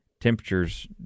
temperatures